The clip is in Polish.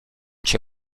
cię